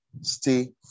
stay